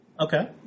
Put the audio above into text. okay